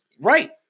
Right